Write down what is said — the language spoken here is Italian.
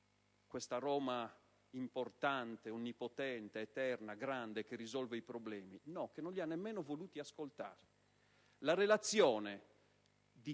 questa Roma importante, onnipotente, eterna, grande che risolve i problemi. Invece no, non li si è nemmeno voluti ascoltare.